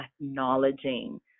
acknowledging